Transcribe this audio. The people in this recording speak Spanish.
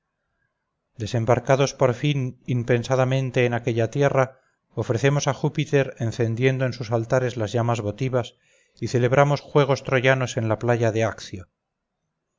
desembarcados por fin impensadamente en aquella tierra ofrecemos a júpiter encendiendo en sus altares llamas votivas y celebramos juegos troyanos en la playa de accio